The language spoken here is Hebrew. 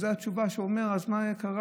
וזו התשובה שהוא אומר: אז מה קרה?